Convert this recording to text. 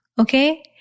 Okay